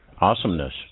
Awesomeness